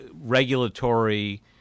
regulatory